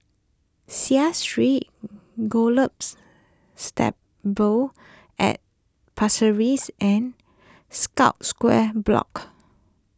Seah Street Gallops Stables at Pasir Ris and Scotts Square Block